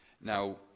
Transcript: Now